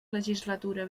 legislatura